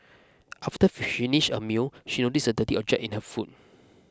after finished her meal she noticed a dirty object in her food